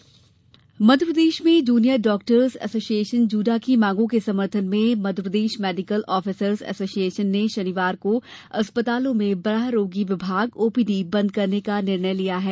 JUDA Madhya Pradesh में junior doctors association JUDA की मांगों के समर्थन में आते हुए आज मध्यप्रदेश मेडिकल ऑफिसर्स एसोसिएशन ने शनिवार को अस्पतालो में बाह्य रोगी विभाग ओपीडी बंद रखने का निर्णय लिया है